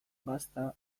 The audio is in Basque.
gazta